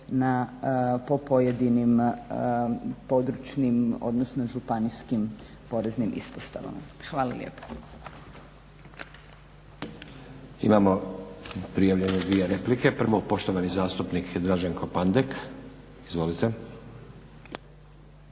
po pojedinim područnim odnosno županijskim poreznim ispostavama. Hvala lijepa. **Stazić, Nenad (SDP)** Imamo prijavljene dvije replike. Prvo poštovani zastupnik Draženko Pandek. Izvolite.